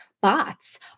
bots